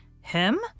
Him